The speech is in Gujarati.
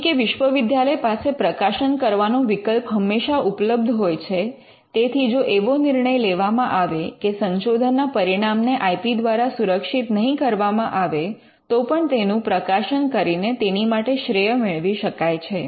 કેમકે વિશ્વવિદ્યાલય પાસે પ્રકાશન કરવાનો વિકલ્પ હંમેશા ઉપલબ્ધ હોય છે તેથી જો એવો નિર્ણય લેવામાં આવે કે સંશોધનના પરિણામને આઇ પી દ્વારા સુરક્ષિત નહીં કરવામાં આવે તો પણ તેનું પ્રકાશન કરીને તેની માટે શ્રેય મેળવી શકાય છે